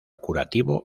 curativo